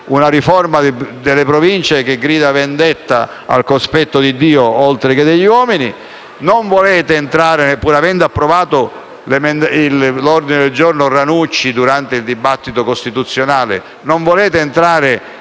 una riforma delle Province che grida vendetta al cospetto di Dio, oltre che degli uomini. Pur avendo approvato l'ordine del giorno Ranucci, durante il dibattito costituzionale, non volete entrare